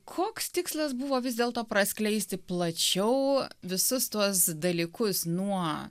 koks tikslas buvo vis dėlto praskleisti plačiau visus tuos dalykus nuo